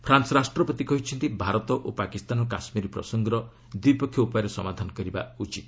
France ରାଷ୍ଟ୍ରପତି କହିଛନ୍ତି ଭାରତ ଓ ପାକିସ୍ତାନ କାଶ୍ମୀର ପ୍ରସଙ୍ଗର ଦ୍ୱପକ୍ଷ ଉପାୟରେ ସମାଧାନ କରିବା ଉଚିତ